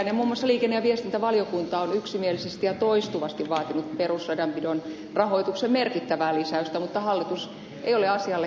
muun muassa liikenne ja viestintävaliokunta on yksimielisesti ja toistuvasti vaatinut perusradanpidon rahoituksen merkittävää lisäystä mutta hallitus ei ole asialle korvaansa lotkauttanut